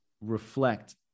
reflect